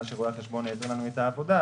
מאז שרואה החשבון העביר לנו את העבודה,